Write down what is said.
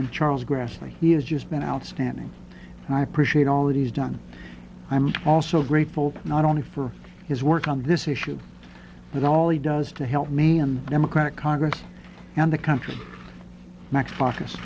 and charles grassley he has just been outstanding and i appreciate all that he's done i'm also grateful not only for his work on this issue but all he does to help me and democratic congress and the country max